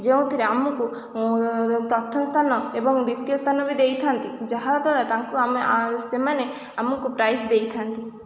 ଯେଉଁଥିରେ ଆମକୁ ପ୍ରଥମ ସ୍ଥାନ ଏବଂ ଦ୍ୱିତୀୟ ସ୍ଥାନ ବି ଦେଇଥାନ୍ତି ଯାହାଦ୍ୱାରା ତାଙ୍କୁ ଆମେ ସେମାନେ ଆମକୁ ପ୍ରାଇଜ୍ ଦେଇଥାନ୍ତି